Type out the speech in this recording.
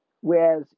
whereas